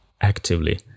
actively